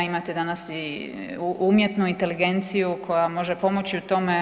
Imate danas i umjetnu inteligenciju koja može pomoći u tome.